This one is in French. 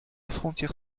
frontière